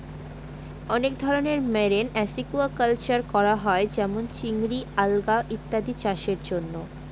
অনেক ধরনের marine aquaculture করা হয় যেমন চিংড়ি, আলগা ইত্যাদি চাষের জন্য